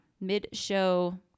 mid-show